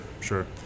sure